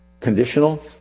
Conditional